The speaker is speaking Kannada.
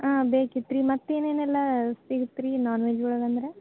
ಹಾಂ ಬೇಕಿತ್ತು ರೀ ಮತ್ತೆ ಏನೇನೆಲ್ಲ ಸಿಗತ್ತೆ ರೀ ನಾನ್ವೆಜ್ ಒಳಗಂದ್ರೆ